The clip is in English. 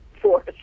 force